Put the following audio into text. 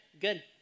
Good